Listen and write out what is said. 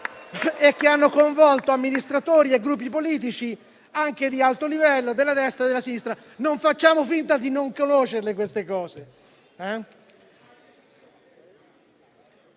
e hanno coinvolto amministratori e gruppi politici, anche di alto livello, della destra e della sinistra. Non facciamo finta di non conoscere queste cose.